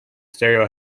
stereo